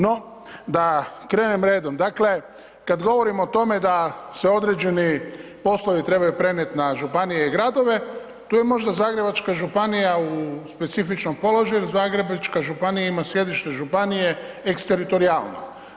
No, da krenem redom, dakle, kad govorimo o tome da se određeni poslovi trebaju prenijeti na županije i gradovi, tu je možda Zagrebačka županija u specifičnom položaju jer Zagrebačka županija ima sjedište županije exteritorijalno.